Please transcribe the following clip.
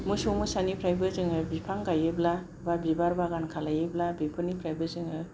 मोसौ मोसानिफ्रायबो जोङो बिफां गायोब्ला एबा बिबार बागान खालामोब्ला बेफोरनिफ्रायबो जोङो